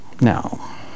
now